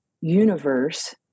universe